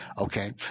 okay